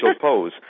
pose